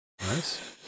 Nice